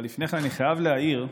אבל לפני כן אני חייב להעיר,